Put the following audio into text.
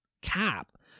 cap